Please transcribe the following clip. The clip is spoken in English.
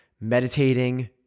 meditating